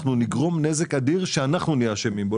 כך נגרום נזק אדיר שאנחנו נהיה אשמים בו,